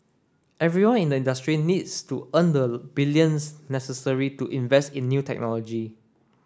everyone in the industry needs to earn the billions necessary to invest in new technology